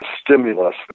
stimulus